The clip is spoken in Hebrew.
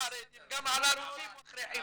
הם באים אליהם שאם לא --- ככה,